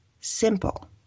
simple